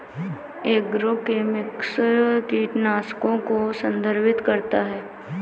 agrochemicals कीटनाशकों को संदर्भित करता है